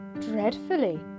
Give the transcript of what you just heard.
Dreadfully